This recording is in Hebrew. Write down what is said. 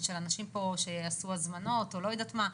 ושל אנשים שעשו הזמנות או לא יודעת מה.